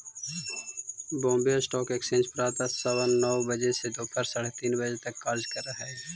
Bombay stock exchange प्रातः सवा नौ बजे से दोपहर साढ़े तीन तक कार्य करऽ हइ